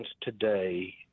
today